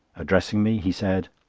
addressing me, he said